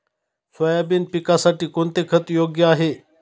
Soybean पिकासाठी कोणते खत योग्य आहे?